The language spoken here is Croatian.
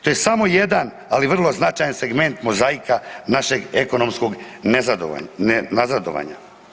To je samo jedan ali vrlo značajan segment mozaika našeg ekonomskog nazadovanja.